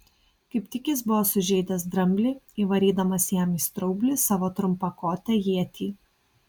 kaip tik jis buvo sužeidęs dramblį įvarydamas jam į straublį savo trumpakotę ietį